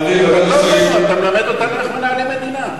לא רוצה, אתה מלמד אותנו איך מנהלים מדינה.